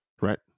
Right